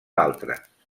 altres